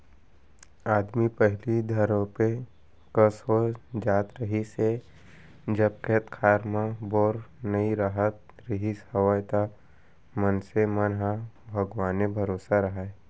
आदमी पहिली धपोरे कस हो जात रहिस हे जब खेत खार म बोर नइ राहत रिहिस हवय त मनसे मन ह भगवाने भरोसा राहय